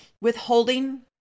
Withholding